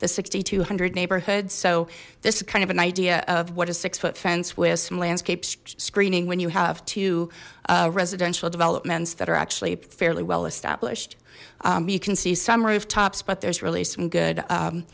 thousand two hundred neighborhoods so this is kind of an idea of what a six foot fence with some landscape screening when you have two residential developments that are actually fairly well established you can see some rooftops but there's really some good